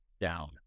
down